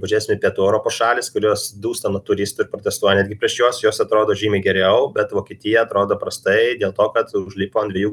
mažesnė pietų europos šalys kurios dūsta nuo turistų ir protestuoja netgi prieš juos jos atrodo žymiai geriau bet vokietija atrodo prastai dėl to kad užlipo ant dviejų